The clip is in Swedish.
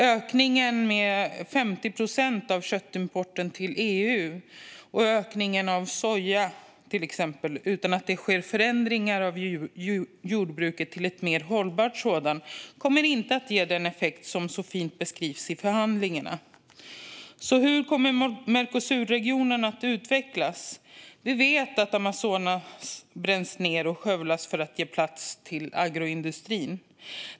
Ökningen av köttimporten till EU med 50 procent och ökningen av soja, till exempel, utan att det sker några förändringar av jordbruket till ett mer hållbart sådant, kommer inte att ge den effekt som beskrivs så fint i förhandlingarna. Så hur kommer Mercosurregionen att utvecklas? Vi vet att Amazonas bränns ned och skövlas för att ge plats åt agroindustrin.